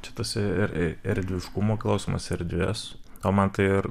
čia tas ir erdviškumo klausimas erdves o man tai ir